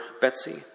Betsy